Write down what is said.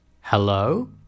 Hello